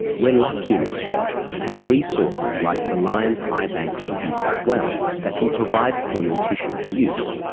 we are lucky in australia and have resources like the lions eye bank of new south wales that can provide corneal tissue for use.